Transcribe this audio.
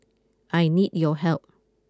I need your help